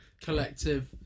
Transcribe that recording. collective